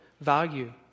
Value